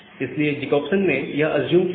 इसलिए जकोब्सन ने यह अज्युम किया था